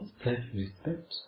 self-respect